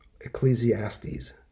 Ecclesiastes